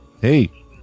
hey